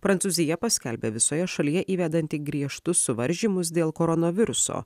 prancūzija paskelbė visoje šalyje įvedanti griežtus suvaržymus dėl koronaviruso